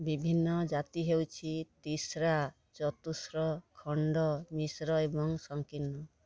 ବିଭିନ୍ନ ଜାତି ହେଉଛି ତିସ୍ରା ଚତୁସ୍ର ଖଣ୍ଡ ମିସ୍ର ଏବଂ ସଙ୍କୀର୍ଣ୍ଣ